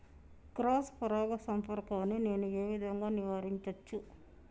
Cross పరాగ సంపర్కాన్ని నేను ఏ విధంగా నివారించచ్చు?